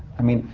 i mean,